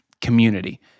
community